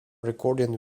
recordings